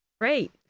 Great